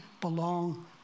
belong